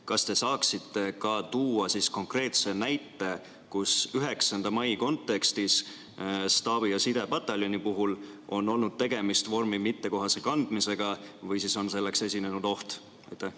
Kas te saaksite ka tuua konkreetse näite, kus 9. mai kontekstis staabi- ja sidepataljoni puhul on olnud tegemist vormi mittekohase kandmisega või siis on selleks esinenud oht?